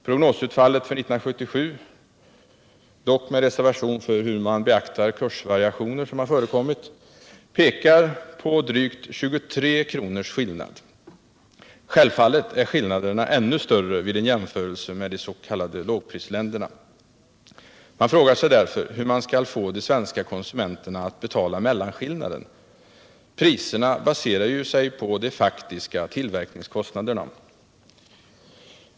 Prognosutfallet för 1977 — med reservation för kursvariationer — pekar på drygt 23 kronors skillnad! Självfallet är skillnaderna ännu större vid en jämförelse med des.k. lågprisländerna. Man frågar sig därför hur man skall få de svenska konsumenterna att betala mellanskillnaden. Priserna baserar sig ju på de faktiska tillverkningskostnaderna.